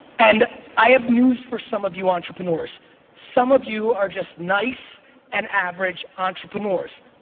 and i have news for some of you entrepreneurs some of you are just nice and average entrepreneurs.